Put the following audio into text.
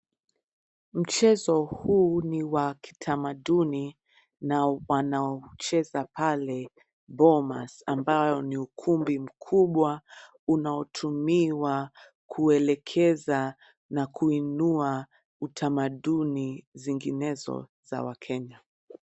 Mchezo huu ni wa kitamaduni na wanao cheza pale Bomas ambao ni ukumbi mkubwa unaotumiwa kuelekeza na kuinua utamaduni zinginezo za wakenya.